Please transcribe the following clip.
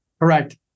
Correct